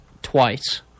Twice